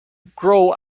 grow